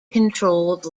controlled